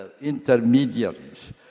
intermediaries